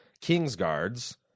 kingsguards